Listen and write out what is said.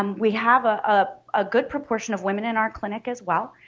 um we have ah ah a good proportion of women in our clinic as well